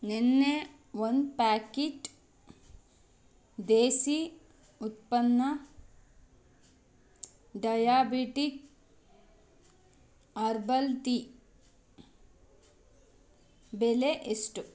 ನೆನ್ನೆ ಒಂದು ಪ್ಯಾಕಿಟ್ ದೇಸಿ ಉತ್ಪನ್ನ ಡಯಾಬಿಟಿಕ್ ಅರ್ಬಲ್ ಟೀ ಬೆಲೆ ಎಷ್ಟು